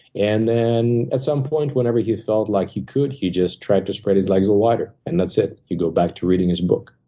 and then at some point, whenever he felt like he could, he just tried to spread his legs a little wider. and that's it. he'd go back to reading his book.